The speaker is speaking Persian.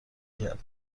کرد